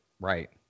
Right